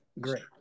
great